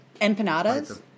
Empanadas